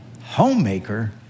Homemaker